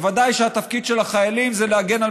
בוודאי שהתפקיד של החיילים זה להגן על